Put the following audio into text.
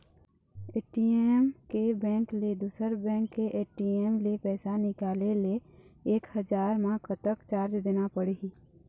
ATM के bank ले दुसर बैंक के ए.टी.एम ले पैसा निकाले ले एक हजार मा कतक चार्ज देना पड़ही?